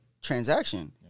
transaction